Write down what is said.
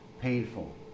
painful